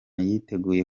yiteguye